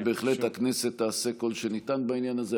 ובהחלט הכנסת תעשה כל שניתן בעניין הזה.